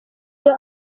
iyo